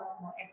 more